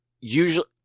usually